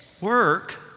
work